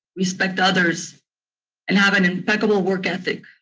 respect others and have an impeccable work ethic.